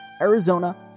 Arizona